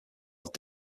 held